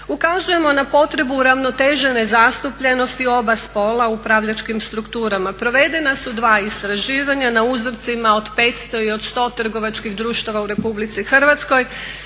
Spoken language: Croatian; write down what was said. ukazujemo na potrebu uravnotežene zastupljenosti oba spola u upravljačkim strukturama. Provedena su dva istraživanja na uzorcima od 500 i od 100 trgovačkih društava u RH. Rezultate koje